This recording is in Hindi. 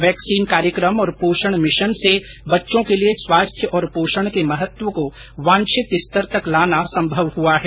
वैक्सीन कार्यक्रम और पोषण मिशन से बच्चों के लिए स्वास्थ्य और पोषण के महत्व को वांछित स्तर तक लाना संभव हुआ है